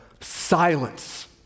silence